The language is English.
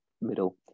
middle